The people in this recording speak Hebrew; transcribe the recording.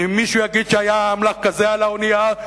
ואם מישהו יגיד שהיה אמל"ח כזה על האונייה,